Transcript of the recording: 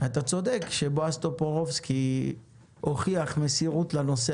אתה צודק שבועז טופורובסקי הוכיח מסירות לנושא